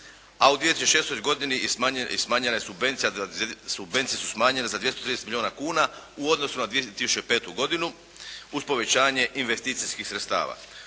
a u 2006. godini i smanjene su subvencije za 230 milijuna kuna u odnosu na 2005. godinu uz povećanje investicijskih sredstava.